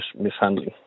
mishandling